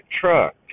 truck